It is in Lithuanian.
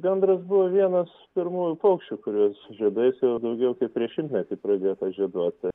gandras buvo vienas pirmųjų paukščių kuris žiedais jau daugiau kaip prieš šimtmetį pradėtas žieduoti